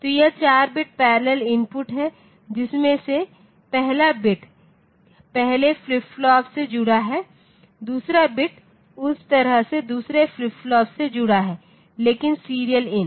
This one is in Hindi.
तो यह 4 बिट पैरेलल इनपुट है जिसमें से पहला बिट पहले फ्लिप फ्लॉप से जुड़ा है दूसरा बिट उस तरह से दूसरे फ्लिप फ्लॉप से जुड़ा है लेकिन सीरियल इन